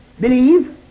believe